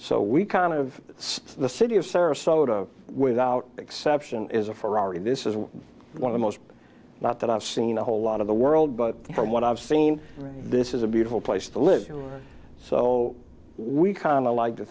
so we kind of see the city of service so to without exception is a ferrari this is one of the most not that i've seen a whole lot of the world but from what i've seen this is a beautiful place to live so we kind of like to